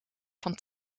van